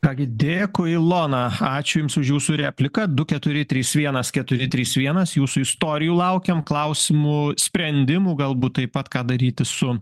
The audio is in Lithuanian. ką gi dėkui lona ačiū jums už jūsų repliką du keturi trys vienas keturi trys vienas jūsų istorijų laukiam klausimų sprendimų galbūt taip pat ką daryti su